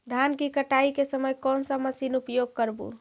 धान की कटाई के समय कोन सा मशीन उपयोग करबू?